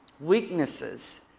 weaknesses